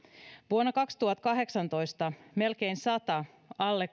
vuonna kaksituhattakahdeksantoista melkein sata alle